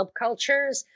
subcultures